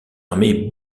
armée